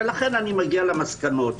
ולכן אני מגיע למסקנות.